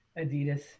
Adidas